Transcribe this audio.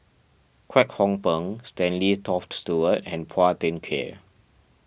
Kwek Hong Png Stanley Toft Stewart and Phua Thin Kiay